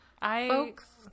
Folks